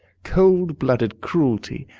cold-blooded cruelty.